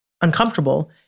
uncomfortable